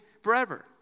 forever